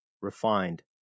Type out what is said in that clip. refined